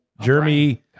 Jeremy